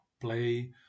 play